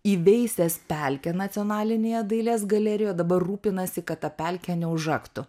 įveisęs pelkę nacionalinėje dailės galerijoje dabar rūpinasi kad ta pelkė neužaktų